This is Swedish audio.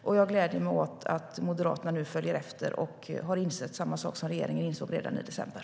Och jag gläder mig åt att Moderaterna nu följer efter och har insett samma sak som regeringen insåg redan i december.